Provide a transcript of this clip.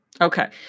Okay